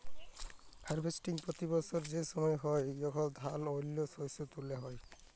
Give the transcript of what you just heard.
harvesting পতি বসর সে সময় হ্যয় যখল ধাল বা অল্য শস্য তুলা হ্যয়